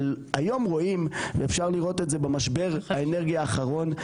היום רואים ואפשר לראות את זה במשבר האנרגיה האחרון,